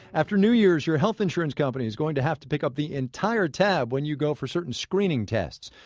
after new year's, your health insurance company is going to have to pick up the entire tab when you go for certain screening tests.